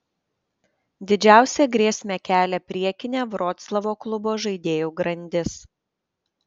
didžiausią grėsmę kelia priekinė vroclavo klubo žaidėjų grandis